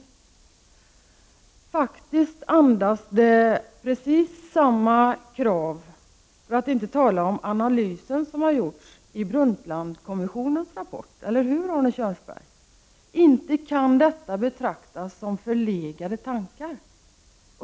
Brundtlandskommissionen andas precis samma krav, för att inte tala om analysen, eller hur Arne Kjörnsberg? Inte kan detta betraktas som förlegade tankar?